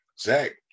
Zach